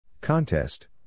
Contest